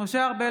משה ארבל,